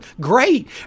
Great